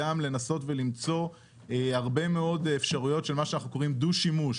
גם לנסות ולמצוא הרבה מאוד אפשרויות של מה שאנחנו קוראים לו 'דו שימוש'.